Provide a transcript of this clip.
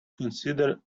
considered